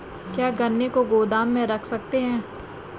क्या गन्ने को गोदाम में रख सकते हैं?